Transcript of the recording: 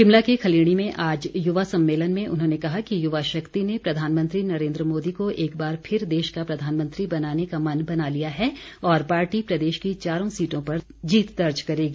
शिमला के खलीणी में आज युवा सम्मेलन में उन्होंने कहा कि युवा शक्ति ने प्रधानमंत्री नरेन्द्र मोदी को एकबार फिर देश का प्रधानमंत्री बनाने का मन बना लिया है और पार्टी प्रदेश की चारों सीटों पर जीत दर्ज करेगी